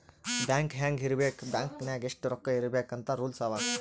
bank ಹ್ಯಾಂಗ್ ಇರ್ಬೇಕ್ bank ನಾಗ್ ಎಷ್ಟ ರೊಕ್ಕಾ ಇರ್ಬೇಕ್ ಅಂತ್ ರೂಲ್ಸ್ ಅವಾ